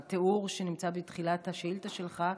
בתיאור שנמצא בתחילת השאילתה שלך,